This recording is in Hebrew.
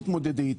תתמודדי איתה.